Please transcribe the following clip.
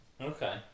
okay